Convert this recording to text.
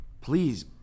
please